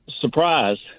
surprised